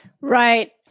Right